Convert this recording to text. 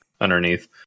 underneath